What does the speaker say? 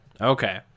Okay